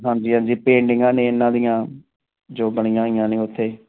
ਹਾਂਜੀ ਹਾਂਜੀ ਪੇਂਟਿੰਗਾਂ ਨੇ ਇਹਨਾਂ ਦੀਆਂ ਜੋ ਬਣੀਆਂ ਹੋਈਆਂ ਨੇ ਉੱਥੇ